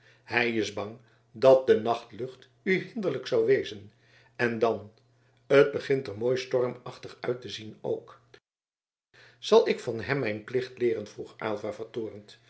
hij is bang dat de nachtlucht u hinderlijk zou wezen en dan het begint er mooi stormachtig uit te zien ook zal ik van hem mijn plicht leeren vroeg aylva